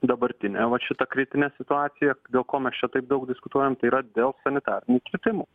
dabartinė vat šita kritinė situacija dėl ko mes čia taip daug diskutuojam tai yra dėl sanitarinių kirtimų